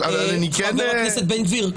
אבל --- חבר הכנסת בן גביר,